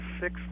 six